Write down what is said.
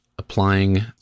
applying